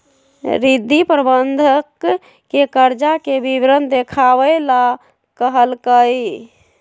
रिद्धि प्रबंधक के कर्जा के विवरण देखावे ला कहलकई